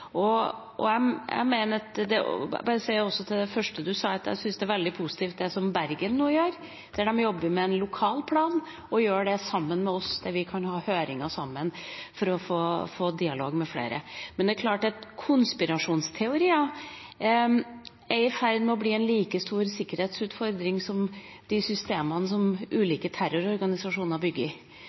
Til det første representanten sa: Jeg syns det som Bergen nå gjør, er veldig positivt. De jobber med en lokal plan sammen med oss, der vi kan holde høringer sammen for å få dialog med flere. Konspirasjonsteorier er i ferd med å bli en like stor sikkerhetsutfordring som de systemene som ulike terrororganisasjoner bygger.